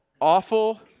awful